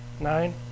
Nine